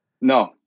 No